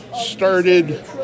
started